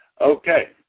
Okay